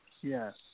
Yes